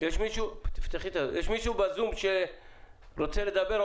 יש מישהו בזום שרוצה לדבר?